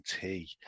tea